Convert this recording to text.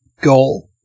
goal